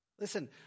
listen